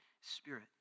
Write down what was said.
spirit